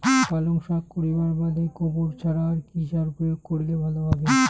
পালং শাক করিবার বাদে গোবর ছাড়া আর কি সার প্রয়োগ করিলে ভালো হবে?